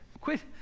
Quit